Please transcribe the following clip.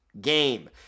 game